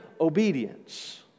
obedience